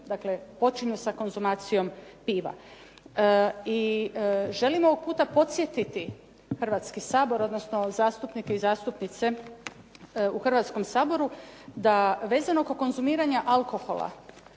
dakle počinju sa konzumacijom piva. I želim ovog puta podsjetiti Hrvatski sabor, odnosno zastupnike i zastupnice u Hrvatskom saboru da vezano oko konzumiranja alkohola